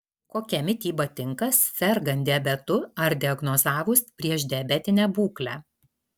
kokia mityba tinka sergant diabetu ar diagnozavus priešdiabetinę būklę